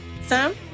Sam